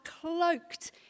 cloaked